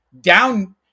down